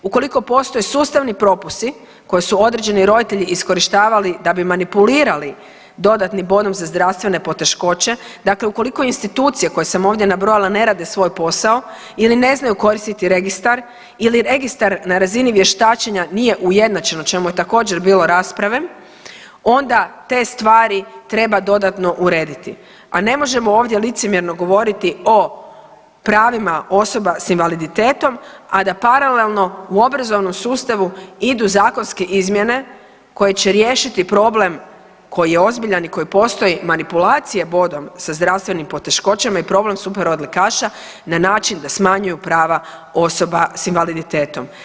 Ukoliko postoji sustavni propusti koje su određeni roditelji iskorištavali da bi manipulirali dodatnim bodom za zdravstvene poteškoće, dakle ukoliko institucije, koje sam ovdje nabrojala, ne rade svoj posao, ili ne znaju koristiti Registar ili Registar na razini vještačenja nije ujednačen, o čemu je također, bilo rasprave, onda te stvari treba dodatno urediti, a ne možemo ovdje licemjerno govoriti o pravima osoba s invaliditetom, a da paralelno u obrazovnom sustavu idu zakonske izmjene koje će riješiti problem koji je ozbiljan i koji postoji, manipulacije bodom sa zdravstvenim poteškoćama i problem superodlikaša na način da smanjuju prava osoba s invaliditetom.